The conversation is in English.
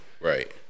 Right